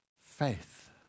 Faith